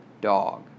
dog